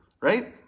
right